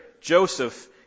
Joseph